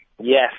Yes